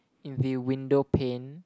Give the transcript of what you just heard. in view window pane